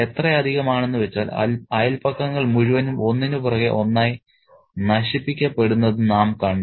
എത്ര അധികം ആണെന്ന് വെച്ചാൽ അയൽപക്കങ്ങൾ മുഴുവനും ഒന്നിനുപുറകെ ഒന്നായി നശിപ്പിക്കപ്പെടുന്നത് നാം കണ്ടു